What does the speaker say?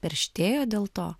perštėjo dėl to